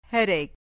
Headache